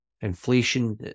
Inflation